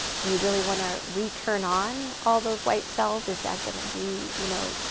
do you really want to re-turn on all those white cells? is that going to be you know,